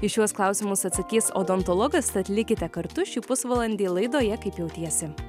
į šiuos klausimus atsakys odontologas tad likite kartu šį pusvalandį laidoje kaip jautiesi